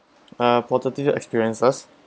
uh positive experiences